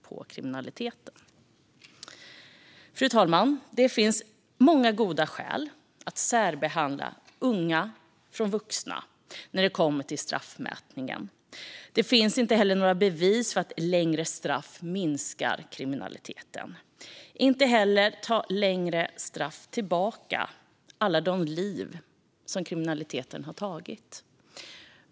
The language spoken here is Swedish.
Fru talman! Det finns många goda skäl för att särbehandla unga när det kommer till straffmätning. Det finns inte heller några bevis för att längre straff minskar kriminaliteten. Längre straff ger inte heller tillbaka alla de liv som kriminaliteten har tagit.